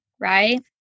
right